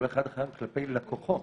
כל אחד חייב כלפי לקוחו.